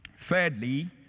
Thirdly